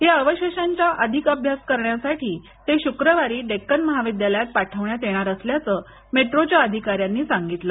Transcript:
या अवशेषांचा अधिक अभ्यास करण्यासाठी ते शुक्रवारी डेक्कन महाविद्यालयात पाठवण्यात येणार असल्याचं मेट्रो च्या अधिकाऱ्यांनी सांगितलं